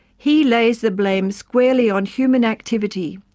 he lays the blame squarely on human activity,